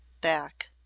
back